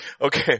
Okay